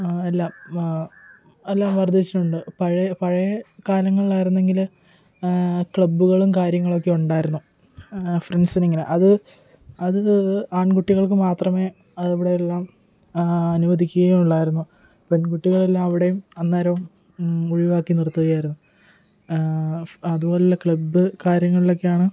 എല്ലാം എല്ലാം വർദ്ധിച്ചിട്ടുണ്ട് പഴയ പഴയ കാലങ്ങളിലായിരുന്നെങ്കില് ക്ലബ്ബുകളും കാര്യങ്ങളൊക്കെ ഉണ്ടാരുന്നു ഫ്രണ്ട്സിനിങ്ങനെ അത് അത് ആൺകുട്ടികൾക്ക് മാത്രമേ അതവിടെയെല്ലാം അനുവദിക്കുകയുള്ളായിരുന്നു പെൺകുട്ടികളെല്ലാം അവിടേയും അന്നേരം ഒഴിവാക്കി നിർത്തുകയായിരുന്നു അതുപോലെള്ള ക്ലബ്ബ് കാര്യങ്ങളിലൊക്കെയാണ്